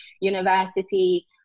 university